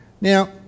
Now